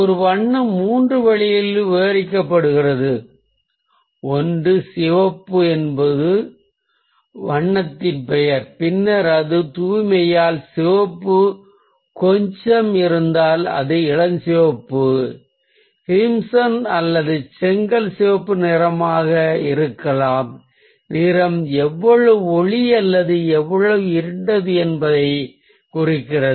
ஒரு வண்ணம் மூன்று வழிகளில் விவரிக்கப்பட்டுள்ளது ஒன்று சிவப்பு என்பது வண்ணத்தின் பெயர் பின்னர் அதன் தூய்மையால் சிவப்பு கொஞ்சம் இருந்தால் அது இளஞ்சிவப்பு கிரிம்சன் அல்லது செங்கல் சிவப்பு நிறமாக இருக்கலாம் நிறம் எவ்வளவு ஒளி அல்லது எவ்வளவு இருண்டது என்பதைக் அதன் மதிப்பு குறிக்கிறது